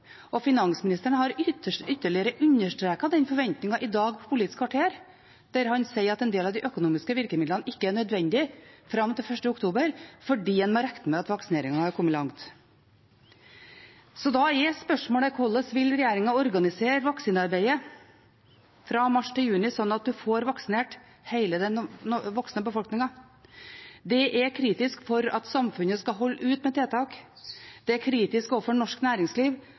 Finansministeren har ytterligere understreket den forventningen i dag i Politisk kvarter, der han sier at en del av de økonomiske virkemidlene ikke er nødvendige fram til 1. oktober fordi en må regne med at vaksineringen har kommet langt. Da er spørsmålet: Hvordan vil regjeringen organisere vaksinearbeidet fra mars til juni, slik at en får vaksinert hele den voksne befolkningen? Det er kritisk for at samfunnet skal holde ut med tiltak, det er kritisk overfor norsk næringsliv,